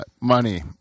money